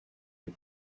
des